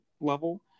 level